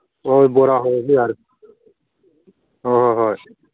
ꯍꯣꯏ ꯕꯣꯔꯥ ꯍꯧꯔꯗꯤ ꯌꯥꯔꯦ ꯍꯣꯏ ꯍꯣꯏ ꯍꯣꯏ